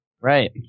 Right